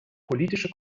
politische